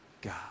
God